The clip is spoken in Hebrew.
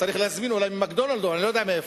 צריך אולי להזמין מ"מקדונלד'ס" או אני לא יודע מאיפה.